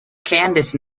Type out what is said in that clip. candice